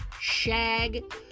shag